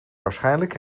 waarschijnlijk